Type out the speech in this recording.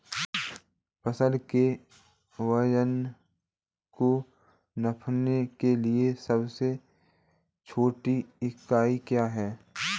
फसल के वजन को नापने के लिए सबसे छोटी इकाई क्या है?